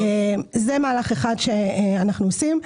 זה מהלך אחד שאנחנו עושים.